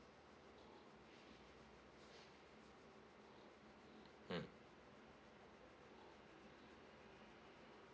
mm